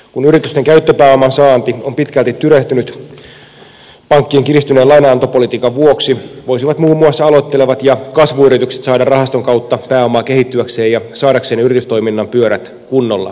kun yritysten käyttöpääoman saanti on pitkälti tyrehtynyt pankkien kiristyneen lainanantopolitiikan vuoksi voisivat muun muassa aloittelevat ja kasvuyritykset saada rahaston kautta pääomaa kehittyäkseen ja saadakseen yritystoiminnan pyörät kunnolla pyörimään